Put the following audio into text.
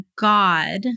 God